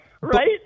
Right